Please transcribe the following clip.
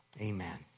Amen